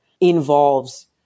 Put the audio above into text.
involves